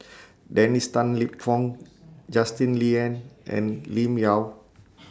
Dennis Tan Lip Fong Justin Lean and Lim Yau